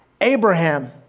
Abraham